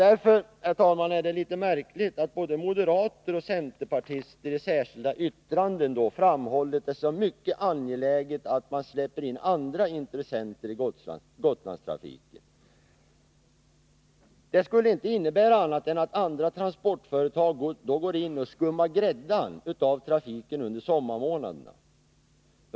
Därför är det litet märkligt att både moderater och centerpartister i särskilda yttranden framhållit det som mycket angeläget att släppa in andra intressenter i Gotlandstrafiken. Det skulle inte innebära annat än att andra transportföretag då går in och skummar gräddan av trafiken under sommarmånaderna.